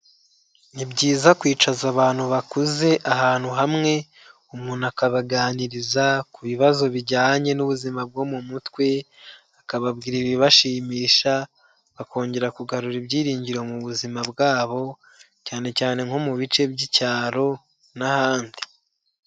Ni byiza kwicaza abantu bakuze ahantu hamwe, umuntu akabaganiriza ku bibazo bijyanye n'ubuzima bwo mu mutwe, akababwira ibibashimisha bakongera kugarura ibyiringiro mu buzima bwabo, cyane cyane nko mu bice by'icyaro n'ahandi.